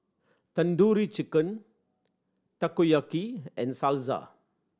Tandoori Chicken Takoyaki and Salsa